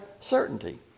certainty